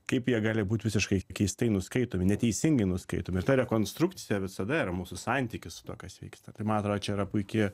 kaip jie gali būt visiškai keistai nuskaitomi neteisingai nuskaitomi ta rekonstrukcija visada yra mūsų santykis su tuo kas vyksta tai man atrodo čia yra puiki